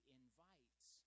invites